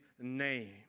name